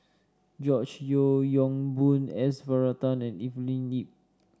George Yeo Yong Boon S Varathan and Evelyn Lip